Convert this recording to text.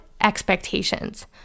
expectations